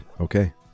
Okay